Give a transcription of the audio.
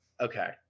Okay